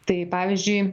tai pavyzdžiui